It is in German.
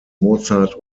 mozart